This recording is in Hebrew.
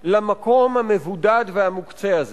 למקום המבודד והמוקצה הזה.